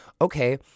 okay